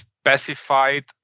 specified